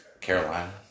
Carolina